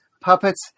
puppets